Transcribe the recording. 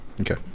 Okay